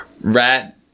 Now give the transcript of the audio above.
Rat